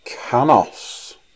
Canos